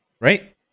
right